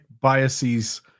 biases